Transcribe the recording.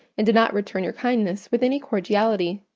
and did not return your kindness with any cordiality.